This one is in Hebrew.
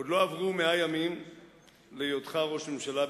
עוד לא עברו 100 ימים להיותך ראש ממשלה,